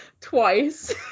twice